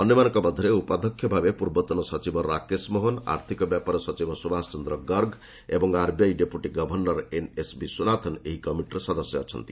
ଅନ୍ୟମାନଙ୍କ ମଧ୍ୟରେ ଉପାଧ୍ୟକ୍ଷ ଭାବେ ପୂର୍ବତନ ସଚିବ ରାକେଶ ମୋହନ ଆର୍ଥିକ ବ୍ୟାପାର ସଚିବ ସୁବାସ ଚନ୍ଦ୍ର ଗର୍ଗ ଏବଂ RBI deputy governor N S Vishwanathan ଏହି କମିଟିର ସଦସ୍ୟ ଅଛନ୍ତି